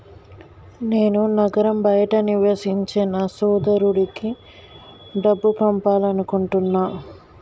నేను నగరం బయట నివసించే నా సోదరుడికి డబ్బు పంపాలనుకుంటున్నా